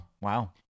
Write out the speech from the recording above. wow